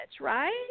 right